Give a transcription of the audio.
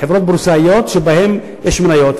חברות בורסאיות שיש בהן מניות.